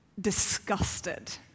disgusted